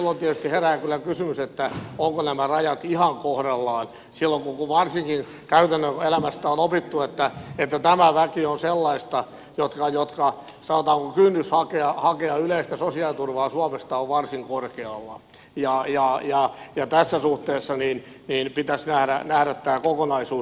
silloin tietysti herää kyllä kysymys ovatko nämä rajat ihan kohdallaan silloin kun varsinkin käytännön elämästä on opittu että tämä väki on sellaista jonka sanotaanko kynnys hakea yleistä sosiaaliturvaa suomesta on varsin korkealla ja tässä suhteessa pitäisi nähdä tämä kokonaisuus